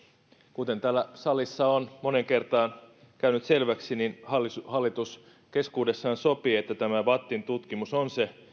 kuten täällä salissa on moneen kertaan käynyt selväksi niin hallitus hallitus keskuudessaan sopi että tämä vattin tutkimus on se